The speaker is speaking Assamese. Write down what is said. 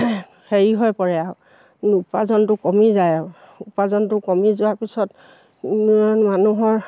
হেৰি হৈ পৰে আৰু উপাৰ্জনটো কমি যায় আৰু উপাৰ্জনটো কমি যোৱাৰ পিছত মানুহৰ